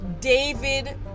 David